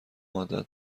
عادت